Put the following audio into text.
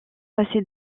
assez